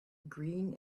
green